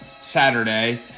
Saturday